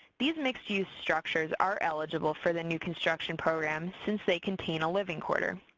these mixed-use structures are eligible for the new construction program since they contain a living quarter.